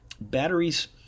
batteries